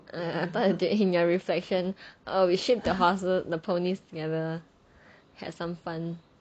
I thought in your reflection oh we ship the horse the ponies together had some fun